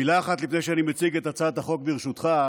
מילה אחת לפני שאני מציג את הצעת החוק, ברשותך,